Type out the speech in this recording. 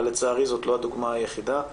אבל, לצערי, זו לא הדוגמא היחידה.